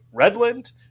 Redland